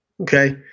okay